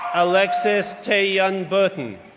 alexis tae yun burton,